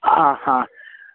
ह